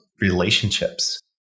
relationships